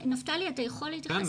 נפתלי, אתה יכול להתייחס לזה?